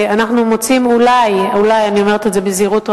אנחנו מוצאים, אולי, אני אומרת בזהירות רבה,